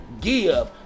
give